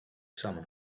summer